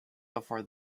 before